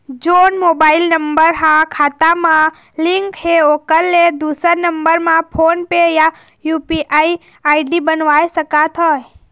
जोन mobile number हा खाता मा लिन्क हे ओकर ले दुसर नंबर मा फोन पे या यू.पी.आई आई.डी बनवाए सका थे?